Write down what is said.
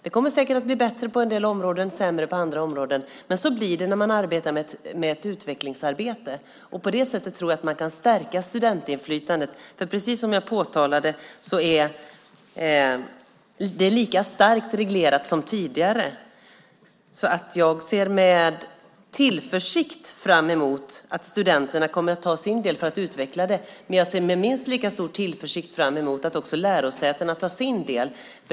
Det kommer säkert att bli bättre på en del områden och sämre på andra områden. Men så blir det i ett utvecklingsarbete. På det här sättet tror jag att man kan stärka studentinflytandet. Precis som jag påtalade är det lika starkt reglerat som tidigare. Jag ser med tillförsikt fram emot att studenterna kommer att ta sin del för att utveckla det. Jag ser med minst lika stor tillförsikt fram emot att också lärosätena tar sin del.